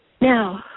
Now